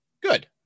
Good